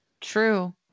True